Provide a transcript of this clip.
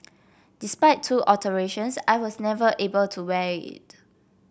despite two alterations I was never able to wear it